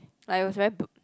like it was very b~